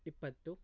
ಇಪ್ಪತ್ತು